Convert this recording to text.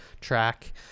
track